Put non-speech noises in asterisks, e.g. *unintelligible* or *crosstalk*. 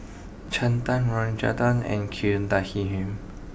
Chetan Rajaratnam and *unintelligible*